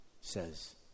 says